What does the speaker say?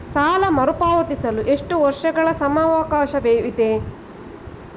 ಸಾಲ ಮರುಪಾವತಿಸಲು ಎಷ್ಟು ವರ್ಷಗಳ ಸಮಯಾವಕಾಶವಿದೆ?